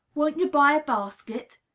won't you buy a basket?